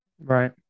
Right